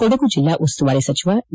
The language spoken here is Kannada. ಕೊಡಗು ಜಿಲ್ಲಾ ಉಸ್ತುವಾರಿ ಸಚಿವ ವಿ